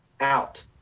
out